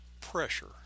Pressure